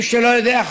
מי שלא יודע,